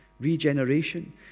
Regeneration